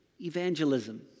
evangelism